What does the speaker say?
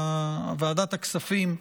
ועדת הכספים,